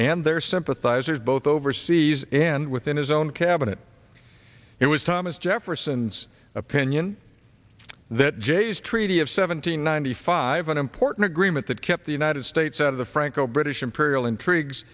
and their sympathizers both overseas and within his own cabinet it was thomas jefferson's opinion that jay's treaty of seven hundred ninety five an important agreement that kept the united states out of the franco british imperial intrigues